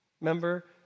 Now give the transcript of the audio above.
Remember